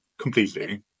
completely